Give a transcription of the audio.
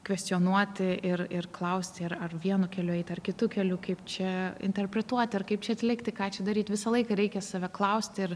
kvestionuoti ir ir klausti ir ar vienu keliu eit ar kitu keliu kaip čia interpretuoti ar kaip atlikti ką čia daryt visą laiką reikia save klausti ir